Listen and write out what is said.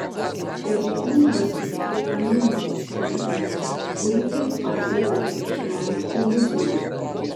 stebuklingasis vitaminas c puikiai padeda išvengti ligų